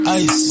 ice